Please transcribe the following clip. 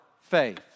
faith